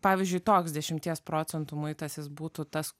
pavyzdžiui toks dešimties procentų muitas jis būtų tas